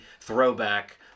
throwback